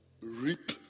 Reap